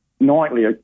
nightly